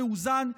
המאוזן,